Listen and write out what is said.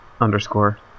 underscore